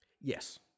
Yes